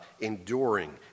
enduring